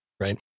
right